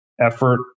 effort